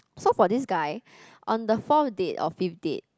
so for this guy on the fourth date or fifth date